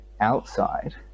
outside